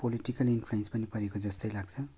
political influence पनि परेको जस्तै लाग्छ